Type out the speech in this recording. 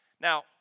Now